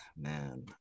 man